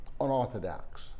unorthodox